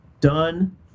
done